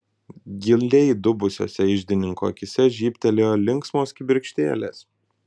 giliai įdubusiose iždininko akyse žybtelėjo linksmos kibirkštėlės